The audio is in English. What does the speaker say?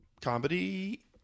comedy